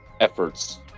efforts